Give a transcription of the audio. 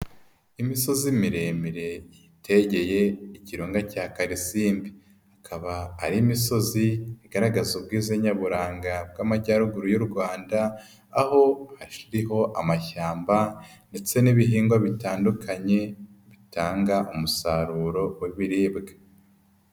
Imisozi miremire yitegeye ikirunga cya Kalisimbi, ikaba ari imisozi igaragaza ubwiza nyaburanga bw'Amajyaruguru y'u Rwanda, aho hakiriho amashyamba ndetse n'ibihingwa bitandukanye bitanga umusaruro w'ibiribwa.